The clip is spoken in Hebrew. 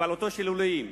בבעלותו של אלוהים,